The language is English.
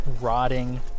rotting